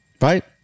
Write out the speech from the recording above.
right